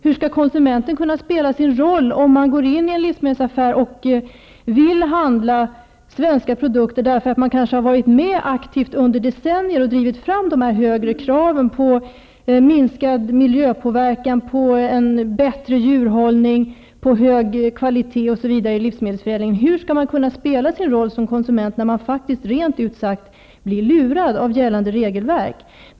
Hur skall konsumenten kunna spela sin roll när han går in i en livsmedelsaffär och vill handla svenska produkter, därför att han kanske har varit med i decennier och aktivt drivit fram de höga kraven på minskad miljöpåverkan, på en bättre djurhållning, på hög kvalitet osv. i livsmedelsförädlingen? Hur skall man kunna spela sin roll som konsument när man faktiskt rent ut sagt blir lurad av gällande regelverk?